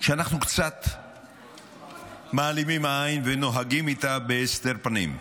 שאנחנו קצת מעלימים עין ונוהגים איתה בהסתר פנים.